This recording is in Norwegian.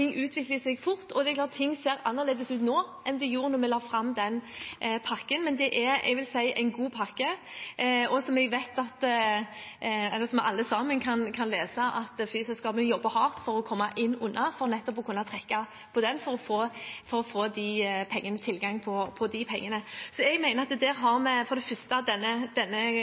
ser annerledes ut nå enn da vi la fram den pakken. Men det er en god pakke, som jeg vet at flyselskapene jobber hardt for å komme inn under – noe vi alle kan lese om – for nettopp å kunne trekke på den for å få tilgang til de pengene. Så vi har for det første denne garantifasiliteten, men i tillegg har vi inngått avtaler om ruter. Det betyr at det blir flydd ruter i dette landet, mellom Stavanger, Bergen, Trondheim osv., med